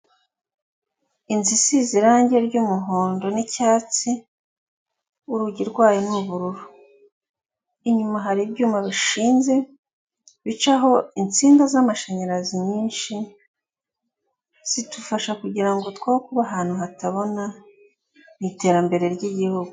Inzu size irangi ry'umuhondo n'icyatsi, urugi rwayo ni ubururu, inyuma hari ibyuma bishinze bicaho insinga z'amashanyarazi nyinshi, zidufasha kugirango two kuba ahantu hatabona mu iterambere ry'igihugu.